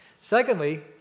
Secondly